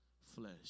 flesh